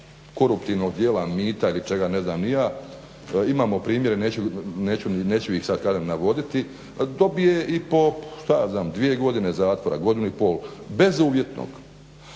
koruptivnog dijela mita ili čega, ne znam ni ja, imamo primjere neću ih sad kažem navoditi, dobije i po 2 godine zatvora, 1,5 bezuvjetnog.